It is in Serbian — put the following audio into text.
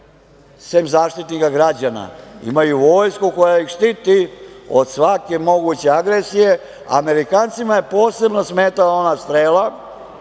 sem Zaštitnika građana, imaju vojsku koja ih štiti od svake moguće agresije. Amerikancima je posebno smetala ona strela